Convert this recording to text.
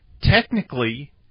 technically